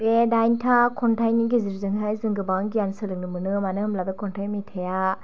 बे दाइनथा खन्थाइनि गेजेरजोंहाय जों गोबां गियान सोलोंनो मोनो मानो होनब्ला बे खन्थाइ मेथाइया